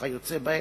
וכיוצא באלה,